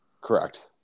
Correct